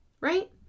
right